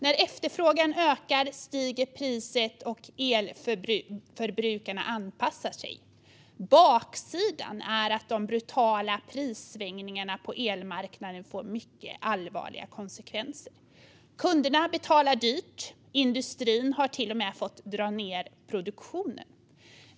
När efterfrågan ökar stiger priset, och elförbrukarna anpassar sig. Baksidan är att de brutala prissvängningarna på elmarknaden får mycket allvarliga konsekvenser. Kunderna betalar dyrt. Industrin har till och med fått dra ned produktionen.